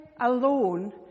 alone